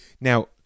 Now